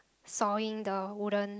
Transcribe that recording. sawing the wooden